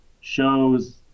shows